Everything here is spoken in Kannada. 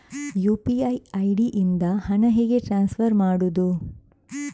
ಯು.ಪಿ.ಐ ಐ.ಡಿ ಇಂದ ಹಣ ಹೇಗೆ ಟ್ರಾನ್ಸ್ಫರ್ ಮಾಡುದು?